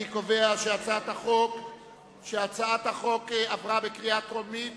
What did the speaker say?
אני קובע שהצעת החוק עברה בקריאה טרומית